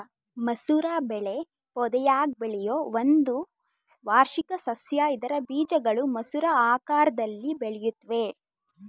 ಮಸೂರ ಬೆಳೆ ಪೊದೆಯಾಗ್ ಬೆಳೆಯೋ ಒಂದು ವಾರ್ಷಿಕ ಸಸ್ಯ ಇದ್ರ ಬೀಜಗಳು ಮಸೂರ ಆಕಾರ್ದಲ್ಲಿ ಬೆಳೆಯುತ್ವೆ